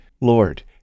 Lord